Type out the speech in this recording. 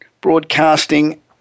broadcasting